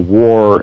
war